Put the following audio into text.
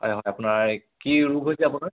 হয় হয় আপোনাৰ কি ৰোগ হৈছে আপোনাৰ